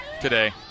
today